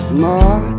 more